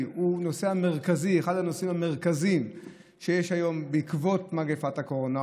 הוא אחד הנושאים המרכזיים שיש בעקבות מגפת הקורונה,